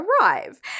arrive